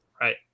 right